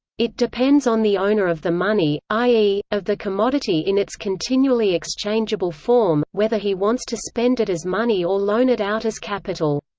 it depends on the owner of the money, i e, of the commodity in its continually exchangeable form, whether he wants to spend it as money or loan it out as capital.